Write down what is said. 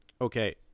Okay